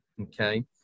okay